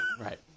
right